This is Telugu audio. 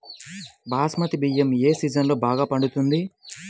బాస్మతి బియ్యం ఏ సీజన్లో బాగా పండుతుంది?